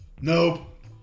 Nope